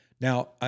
Now